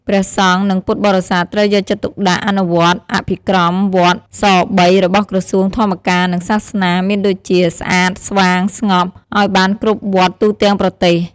ព្រះសង្ឃ និងពុទ្ធបរិស័ទ ត្រូវយកចិត្តទុកដាក់ អនុវត្តអភិក្រម វត្ត ស៣ របស់ក្រសួងធម្មការនិងសាសនាមានដូចជា ស្អាត ស្វាង ស្ងប់ ឱ្យបានគ្រប់វត្តទូទាំងប្រទេស។